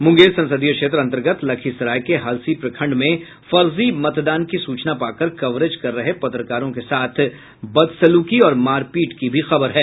मूंगेर संसदीय क्षेत्र अन्तर्गत लखीसराय के हलसी प्रखंड में फर्जी मतदान की सूचना पाकर कवरेज कर रहे पत्रकारों के साथ बदसलूकी और मारपीट की भी खबर है